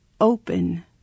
open